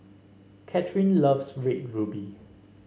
Kathyrn loves Red Ruby